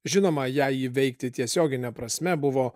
žinoma ją įveikti tiesiogine prasme buvo